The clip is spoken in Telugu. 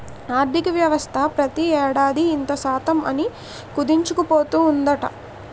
ఆర్థికవ్యవస్థ ప్రతి ఏడాది ఇంత శాతం అని కుదించుకుపోతూ ఉందట